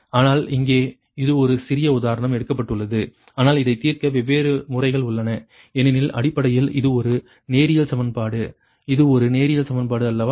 ஆனால் இங்கே இது ஒரு சிறிய உதாரணம் எடுக்கப்பட்டுள்ளது ஆனால் இதைத் தீர்க்க வெவ்வேறு முறைகள் உள்ளன ஏனெனில் அடிப்படையில் இது ஒரு நேரியல் சமன்பாடு இது ஒரு நேரியல் சமன்பாடு அல்லவா